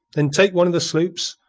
then take one of the sloops,